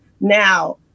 Now